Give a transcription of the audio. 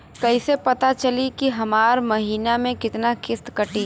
कईसे पता चली की हमार महीना में कितना किस्त कटी?